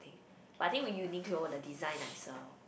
but I think with Uniqlo the design nicer